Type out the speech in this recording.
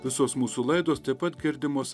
visos mūsų laidos taip pat girdimos